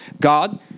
God